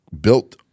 built